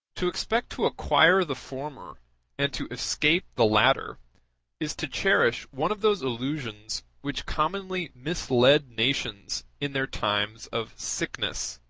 to expect to acquire the former and to escape the latter is to cherish one of those illusions which commonly mislead nations in their times of sickness,